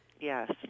Yes